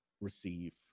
receive